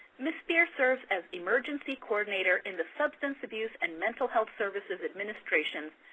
ms. spear serves as emergency coordinator in the substance abuse and mental health services administration,